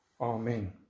Amen